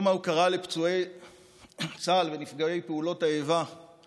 יום ההוקרה לפצועי צה"ל ונפגעי פעולות האיבה הוא